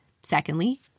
Secondly